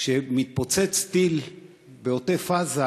כשמתפוצץ טיל בעוטף-עזה,